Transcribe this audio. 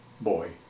boy